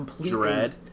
dread